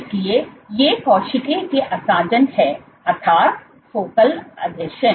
इसलिए ये कोशिका के आसंजन हैं अर्थात् फोकल आसंजन